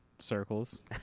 circles